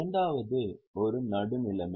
இரண்டாவது ஒரு நடுநிலைமை